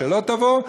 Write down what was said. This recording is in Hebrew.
שלא תבוא,